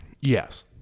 Yes